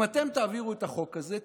אם אתם תעבירו את החוק הזה,